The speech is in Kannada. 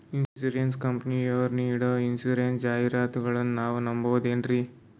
ಇನ್ಸೂರೆನ್ಸ್ ಕಂಪನಿಯರು ನೀಡೋ ಇನ್ಸೂರೆನ್ಸ್ ಜಾಹಿರಾತುಗಳನ್ನು ನಾವು ನಂಬಹುದೇನ್ರಿ?